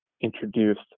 introduced